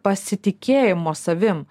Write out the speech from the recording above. pasitikėjimo savim